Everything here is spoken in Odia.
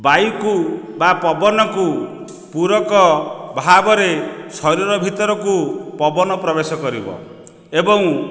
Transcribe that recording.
ବାୟୁକୁ ବା ପବନକୁ ପୂରକ ଭାବରେ ଶରୀର ଭିତରକୁ ପବନ ପ୍ରବେଶ କରିବ ଏବଂ